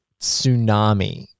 tsunami